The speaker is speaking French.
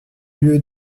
lieux